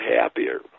happier